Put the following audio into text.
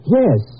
yes